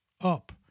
up